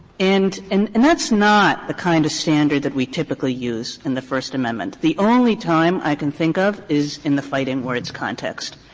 and and that's not the kind of standard that we typically use in the first amendment. the only time i can think of is in the fighting words context,